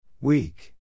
Weak